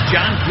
John